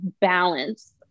balance